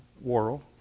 world